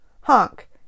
honk